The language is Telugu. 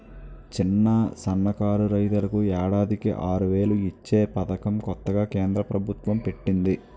చిన్న, సన్నకారు రైతులకు ఏడాదికి ఆరువేలు ఇచ్చే పదకం కొత్తగా కేంద్ర ప్రబుత్వం పెట్టింది